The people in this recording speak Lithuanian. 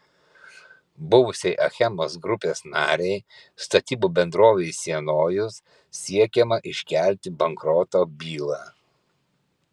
buvusiai achemos grupės narei statybų bendrovei sienojus siekiama iškelti bankroto bylą